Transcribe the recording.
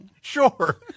Sure